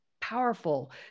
powerful